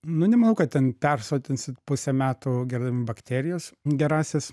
nu nemanau kad ten persotinsit pusę metų gerdami bakterijas gerąsias